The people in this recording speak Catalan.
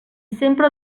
sempre